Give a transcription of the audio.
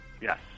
Yes